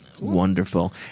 Wonderful